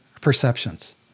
perceptions